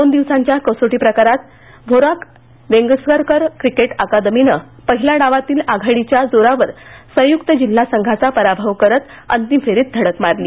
दोन दिवसांच्या कसोटी प्रकारात व्हरॉक वेंगसरकर क्रिकेट अकादमीनं पहिल्या डावातील आघाडीच्या जोरावर संयुक्त जिल्हा संघाचा पराभव करत अंतिम फेरीत धडक मारली